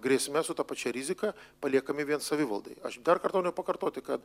grėsme su ta pačia rizika paliekami vien savivaldai aš dar kart noriu pakartoti kad